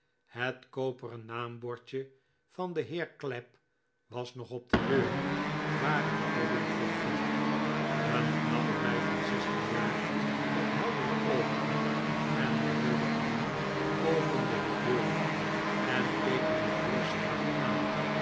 het koperen naambordje van den heer clapp was nog op de deur waaraan dobbin klopte een knappe meid van zestien jaar met heldere oogen en roode wangen opende de deur en keek den majoor strak aan